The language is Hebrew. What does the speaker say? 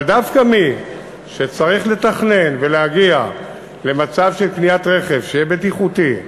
אבל דווקא למי שצריך לתכנן ולהגיע למצב של קניית רכב שיהיה בטיחותי,